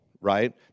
right